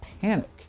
panic